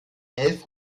elf